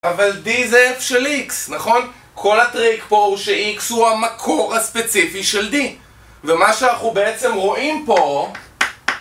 אבל D זה F של X, נכון? כל הטריק פה הוא ש-X הוא המקור הספציפי של D. ומה שאנחנו בעצם רואים פה...